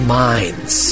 minds